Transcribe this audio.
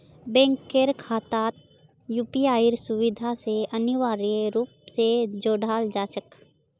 बैंकेर खाताक यूपीआईर सुविधा स अनिवार्य रूप स जोडाल जा छेक